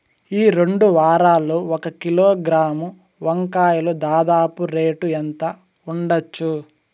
ఈ రెండు వారాల్లో ఒక కిలోగ్రాము వంకాయలు దాదాపు రేటు ఎంత ఉండచ్చు?